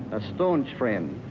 a staunch friend,